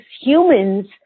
humans